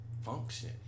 function